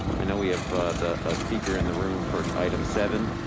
i know we have the, a speaker in the room for and item seven.